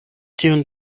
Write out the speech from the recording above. tiun